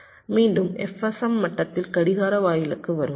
மீண்டும் FSM மட்டத்தில் கடிகார வாயிலுக்கு வருவோம்